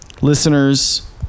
listeners